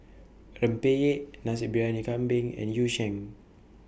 Rempeyek Nasi Briyani Kambing and Yu Sheng